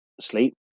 sleep